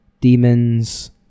Demons